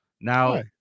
now